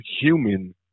human